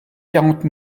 quarante